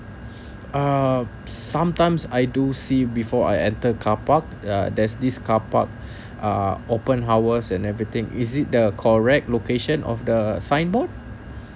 um sometimes I do see before I enter carpark uh there's this car park uh open hours and everything is it the correct location of the signboard